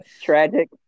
tragic